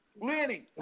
Lenny